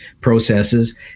processes